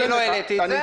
אני לא העליתי את זה.